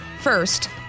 First